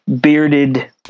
bearded